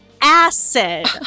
acid